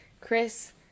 Chris